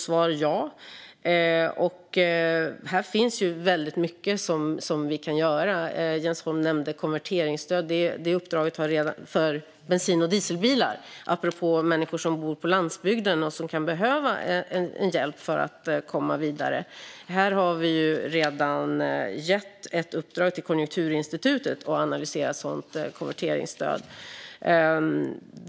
Svaret är alltså ja. Här finns det väldigt mycket som vi kan göra. Jens Holm nämnde konverteringsstöd för bensin och dieselbilar apropå människor som bor på landsbygden och kan behöva hjälp för att komma vidare. Vi har redan gett ett uppdrag till Konjunkturinstitutet att analysera ett sådant konverteringsstöd.